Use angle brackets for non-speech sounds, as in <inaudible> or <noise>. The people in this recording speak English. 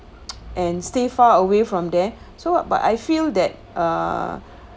<noise> and stay far away from there so but I feel that uh